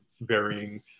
varying